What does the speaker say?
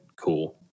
Cool